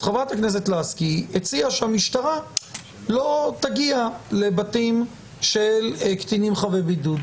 חברת הכנסת לסקי הציעה שהמשטרה לא תגיע לבתים של קטינים חבי בידוד.